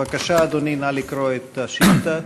בבקשה, אדוני, נא לקרוא את השאילתה.